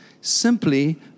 simply